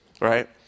right